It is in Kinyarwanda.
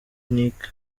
nick